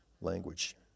language